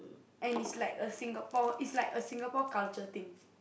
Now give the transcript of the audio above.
and it's like a Singapore it's like a Singapore culture thing